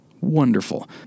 Wonderful